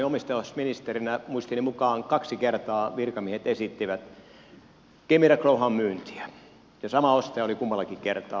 toimiessani omistajaohjausministerinä muistini mukaan kaksi kertaa virkamiehet esittivät kemira growhown myyntiä ja sama ostaja oli kummallakin kertaa